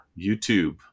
YouTube